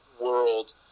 world